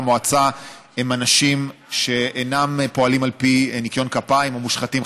המועצה הם אנשים שאינם פועלים בניקיון כפיים או מושחתים,